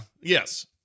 yes